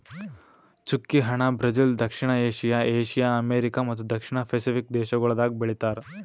ಚ್ಚುಕಿ ಹಣ್ಣ ಬ್ರೆಜಿಲ್, ದಕ್ಷಿಣ ಏಷ್ಯಾ, ಏಷ್ಯಾ, ಅಮೆರಿಕಾ ಮತ್ತ ದಕ್ಷಿಣ ಪೆಸಿಫಿಕ್ ದೇಶಗೊಳ್ದಾಗ್ ಬೆಳಿತಾರ್